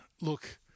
look